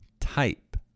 type